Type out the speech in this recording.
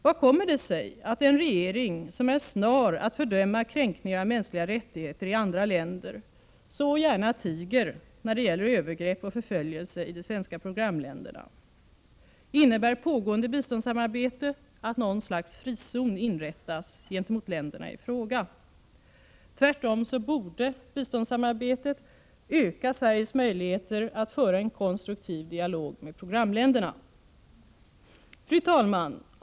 Vad kommer det sig att den regering som är snar att fördöma kränkningar av mänskliga rättigheter i andra länder så gärna tiger när det gäller övergrepp och förföljelse i de svenska programländerna? Innebär pågående biståndssamarbete att något slags frizon inrättas gentemot länderna i fråga? Tvärtom så borde biståndssamarbetet öka Sveriges möjligheter att föra en konstruktiv dialog med programländerna. Fru talman!